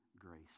grace